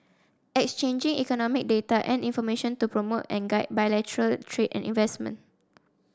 exchanging economic data and information to promote and guide bilateral trade and investment